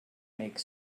makes